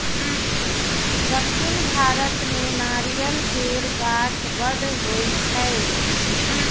दक्खिन भारत मे नारियल केर गाछ बड़ होई छै